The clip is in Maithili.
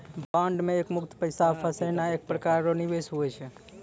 बॉन्ड मे एकमुस्त पैसा फसैनाइ एक प्रकार रो निवेश हुवै छै